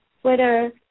Twitter